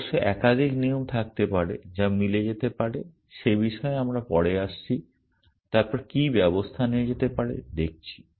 অবশ্য একাধিক নিয়ম থাকতে পারে যা মিলে যেতে পারে সে বিষয়ে আমরা পরে আসছি তারপর কী ব্যবস্থা নেওয়া যেতে পারে দেখছি